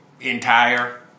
entire